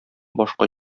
башка